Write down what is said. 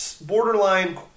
borderline